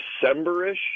December-ish